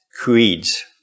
creeds